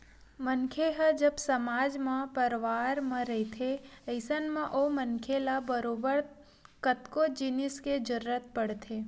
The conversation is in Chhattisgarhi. मनखे ह जब समाज म परवार म रहिथे अइसन म ओ मनखे ल बरोबर कतको जिनिस के जरुरत पड़थे